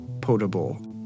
potable